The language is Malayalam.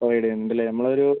പ്രൊവൈഡ് ചെയ്യുന്നുണ്ടല്ലേ നമ്മളൊരു